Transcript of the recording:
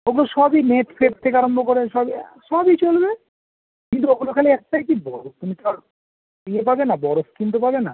ওগুলো সবই নেট ফেট থেকে আরাম্ভ করে সবই সবই চলবে কিন্তু ওগুলো খালি একটাই কী বড়ো স্ক্রিন তো আর ইয়ে পাবে না বড়ো স্ক্রিন তো পাবে না